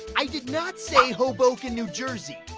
i did not say hoboken, new jersey.